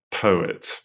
poet